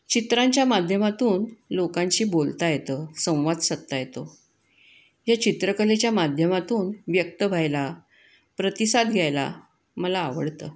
चित्रांच्या माध्यमातून लोकांशी बोलता येतं संवाद साधता येतो या चित्रकलेच्या माध्यमातून व्यक्त व्हायला प्रतिसाद घ्यायला मला आवडतं